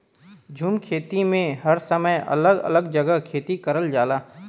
झूम खेती में हर समय अलग अलग जगह खेती करल जाला